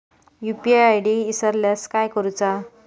UPI ID इसरल्यास काय करुचा?